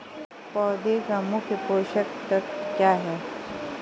पौधे का मुख्य पोषक तत्व क्या हैं?